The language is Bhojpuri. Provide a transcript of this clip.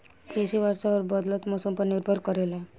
कृषि वर्षा और बदलत मौसम पर निर्भर करेला